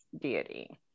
deity